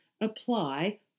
apply